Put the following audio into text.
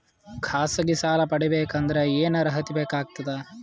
ಖಾಸಗಿ ಸಾಲ ಪಡಿಬೇಕಂದರ ಏನ್ ಅರ್ಹತಿ ಬೇಕಾಗತದ?